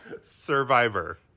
Survivor